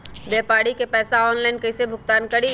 व्यापारी के पैसा ऑनलाइन कईसे भुगतान करी?